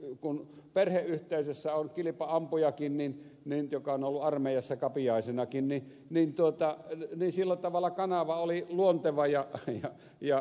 kun perheyhteisössä on kilpa ampujakin joka on ollut armeijassa kapiaisenakin niin sillä tavalla kanava oli luonteva ja selvä